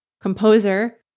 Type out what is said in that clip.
Composer